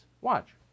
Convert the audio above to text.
Watch